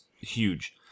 huge